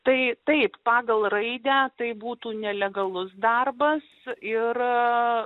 tai taip pagal raidę tai būtų nelegalus darbas ir